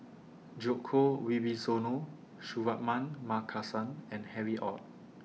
Djoko Wibisono Suratman Markasan and Harry ORD